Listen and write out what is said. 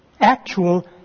actual